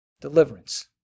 deliverance